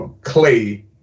Clay